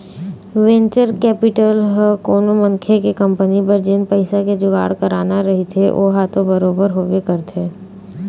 venture capital ह कोनो मनखे के कंपनी बर जेन पइसा के जुगाड़ कराना रहिथे ओहा तो बरोबर होबे करथे